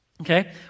okay